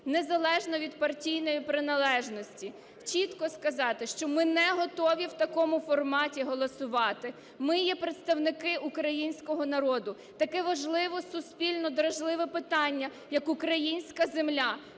незалежно від партійної приналежності, чітко сказати, що ми не готові в такому форматі голосувати. Ми є представники українського народу. Таке важливе суспільно дражливе питання, як українська земля,